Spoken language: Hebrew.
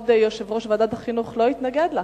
יושב-ראש ועדת החינוך לא יתנגד לה,